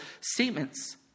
statements